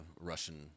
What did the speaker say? Russian